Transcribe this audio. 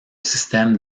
système